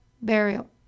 burial